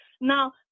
Now